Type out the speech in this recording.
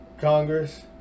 Congress